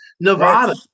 Nevada